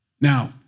Now